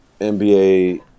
NBA